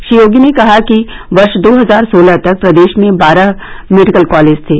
श्री योगी ने कहा कि वर्ष दो हजार सोलह तक प्रदेश में मात्र बारह मेडिकल कालेज थे